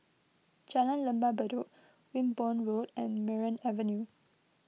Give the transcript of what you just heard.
Jalan Lembah Bedok Wimborne Road and Merryn Avenue